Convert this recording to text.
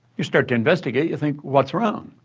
you start to investigate, you think, what's wrong?